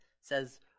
says